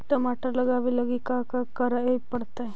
टमाटर लगावे लगी का का करये पड़तै?